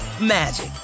magic